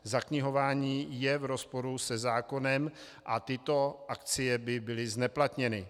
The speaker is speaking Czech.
Zaknihování je v rozporu se zákonem a tyto akcie by byly zneplatněny.